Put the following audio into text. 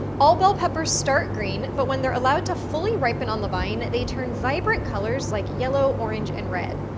all bell peppers start green, but when they're allowed to fully ripen on the vine, they turn vibrant colors, like yellow, orange, and red.